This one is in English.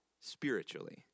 spiritually